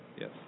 Yes